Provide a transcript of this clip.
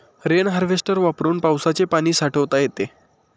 rain harvester वापरून पावसाचे पाणी साठवता येते